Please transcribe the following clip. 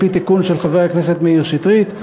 על-פי תיקון של חבר הכנסת מאיר שטרית,